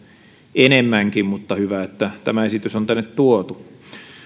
enemmänkin mutta hyvä että tämä esitys on tänne tuotu